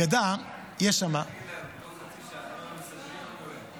תגיד להם, עוד חצי שעה, אם לא מסתדרים, אתה יורד.